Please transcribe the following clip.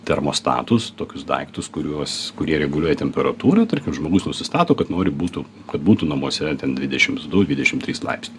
termostatus tokius daiktus kuriuos kurie reguliuoja temperatūrą tarkim žmogus nusistato kad nori būtų kad būtų namuose ten dvidešims du dvidešim trys laipsniai